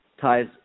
ties